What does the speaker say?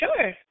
Sure